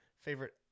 favorite